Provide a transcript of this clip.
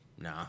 Nah